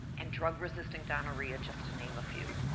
and drug-resistant gonorrhea, just to name a few.